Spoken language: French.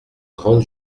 grande